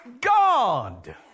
God